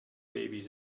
babies